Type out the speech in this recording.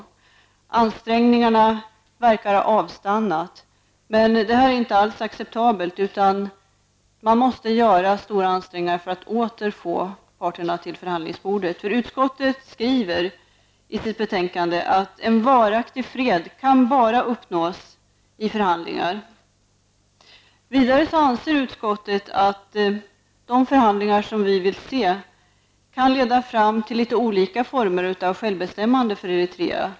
Ansträngningarna verkar ha avstannat. Men det är inte alls acceptabelt. Man måste göra stora ansträngningar för att åter få parterna till förhandlingsbordet. Utskottet skriver i sitt betänkande att en varaktig fred bara kan uppnås i förhandlingar. Utskottet anser att de förhandlingar vi vill se kan leda fram till olika former av självbestämmande för Eritrea.